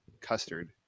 custard